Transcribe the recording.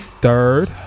Third